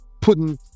putting